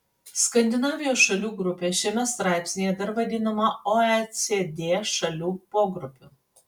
skandinavijos šalių grupė šiame straipsnyje dar vadinama oecd šalių pogrupiu